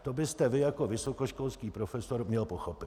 To byste vy jako vysokoškolský profesor měl pochopit.